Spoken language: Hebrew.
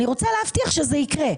אני רוצה להבטיח שזה יקרה.